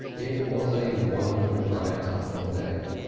it was a wonderful night up on deck,